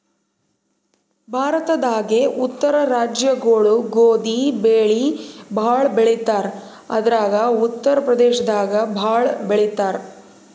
ಭಾರತದಾಗೇ ಉತ್ತರ ರಾಜ್ಯಗೊಳು ಗೋಧಿ ಬೆಳಿ ಭಾಳ್ ಬೆಳಿತಾರ್ ಅದ್ರಾಗ ಉತ್ತರ್ ಪ್ರದೇಶದಾಗ್ ಭಾಳ್ ಬೆಳಿತಾರ್